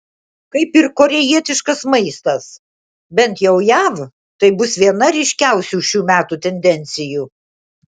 kaip ir korėjietiškas maistas bent jau jav tai bus viena ryškiausių šių metų tendencijų